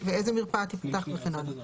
איזו מרפאה תפתח וכן הלאה.